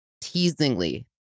Teasingly